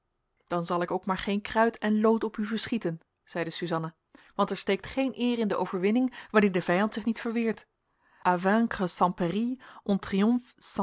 dan zal ik ook maar geen kruit en lood op u verschieten zeide suzanna want er steekt geen eer in de overwinning wanneer de vijand zich niet verweert